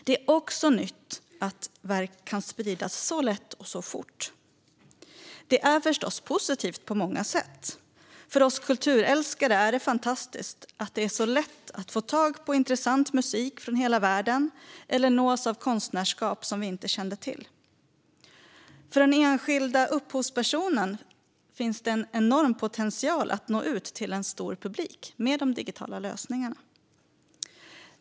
Det är också nytt att verk kan spridas så lätt och fort. Det är förstås positivt på många sätt. För oss kulturälskare är det fantastiskt att vi så lätt kan få tag på intressant musik från hela världen eller nås av konstnärskap vi inte kände till. För den enskilda upphovspersonen finns det en enorm potential att nå ut till en stor publik med de digitala lösningarna.